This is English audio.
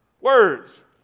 Words